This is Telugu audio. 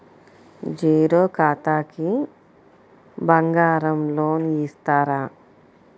జీరో ఖాతాకి బంగారం లోన్ ఇస్తారా?